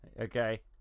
Okay